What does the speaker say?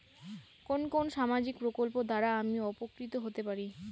কোন কোন সামাজিক প্রকল্প দ্বারা আমি উপকৃত হতে পারি?